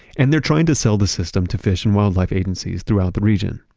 and they're trying to sell the system to fish and wildlife agencies throughout the region.